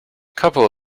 couple